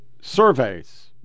surveys